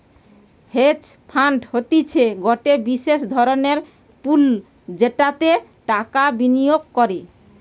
hedge fund হতিছে গটে বিশেষ ধরণের পুল যেটাতে টাকা বিনিয়োগ করে